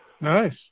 nice